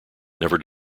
never